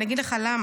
אני אגיד לך למה,